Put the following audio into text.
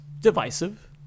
divisive